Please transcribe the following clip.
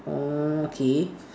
orh okay